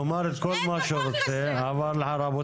אבל רבותיי,